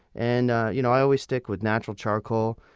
and you know i always stick with natural charcoal,